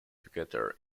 together